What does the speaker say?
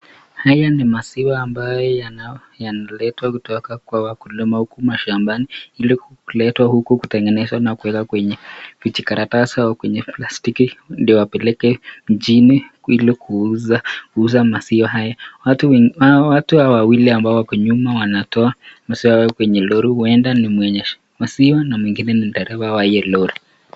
Haya ni maziwa ambayo yanaletwa kutoka kwa wakulima huko mashambani ili kuletwa kutengenezwa na kuwekwa kwenye vijikatarasi au kwenye plastiki ili wapeleke mjini ili kuuza maziwa haya. Watu hawa wawili ambao wako nyuma wanatoa maziwa haya kwenye lori, huenda ni mwenye maziwa na mwingine ni mwenye hiyo lori.